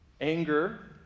Anger